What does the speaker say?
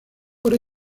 por